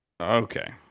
okay